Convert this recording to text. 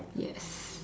yes